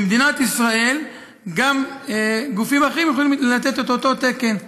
במדינת ישראל גם גופים אחרים יכולים לתת את אותו תקן.